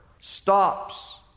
stops